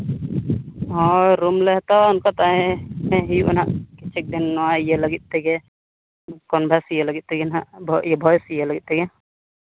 ᱦᱳᱭ ᱨᱩᱢ ᱞᱮ ᱦᱟᱛᱟᱣᱟ ᱚᱱᱠᱟ ᱛᱟᱦᱮᱸ ᱜᱮ ᱦᱩᱭᱩᱜᱼᱟ ᱦᱟᱸᱜ ᱠᱤᱪᱷᱩᱠ ᱫᱤᱱ ᱱᱚᱣᱟ ᱤᱭᱟᱹ ᱞᱟᱹᱜᱤᱫ ᱛᱮᱜᱮ ᱠᱚᱱᱵᱷᱟᱨᱥ ᱤᱭᱟᱹ ᱞᱟᱹᱜᱤᱫ ᱛᱮᱜᱮ ᱦᱟᱸᱜ ᱵᱷᱚᱭᱮᱥ ᱤᱭᱟᱹ ᱞᱟᱹᱜᱤᱫ ᱛᱮᱜᱮ